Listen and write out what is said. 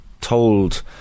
told